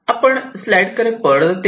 आपण स्लाईड कडे परत येऊ